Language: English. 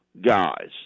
guys